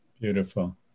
Beautiful